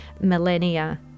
millennia